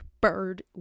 bird